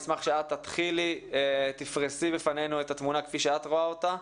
אני אשמח שאת תתחילי ותפרסי בפנינו את התמונה כפי שאת רואה אותה.